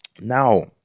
Now